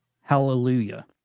Hallelujah